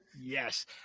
yes